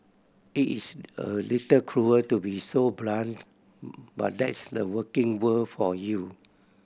it is a little cruel to be so blunt but that's the working world for you